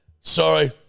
sorry